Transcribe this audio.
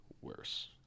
worse